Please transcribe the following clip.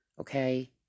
okay